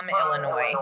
Illinois